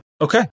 okay